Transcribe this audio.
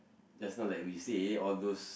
just now like we say all those